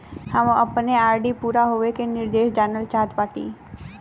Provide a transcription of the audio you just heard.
हम अपने आर.डी पूरा होवे के निर्देश जानल चाहत बाटी